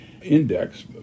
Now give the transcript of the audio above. index